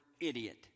idiot